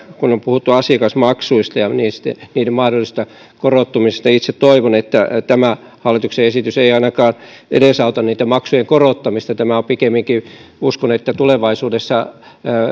kun on puhuttu asiakasmaksuista ja niiden mahdollisesta korottamisesta itse toivon että tämä hallituksen esitys ei ainakaan edesauta niitten maksujen korottamista pikemminkin uskon että tämä tulevaisuudessa